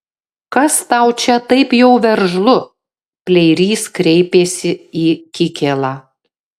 kas tau čia taip jau veržlu pleirys kreipėsi į kikėlą